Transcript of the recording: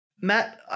Matt